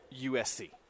USC